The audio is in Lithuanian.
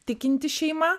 tikinti šeima